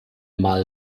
mal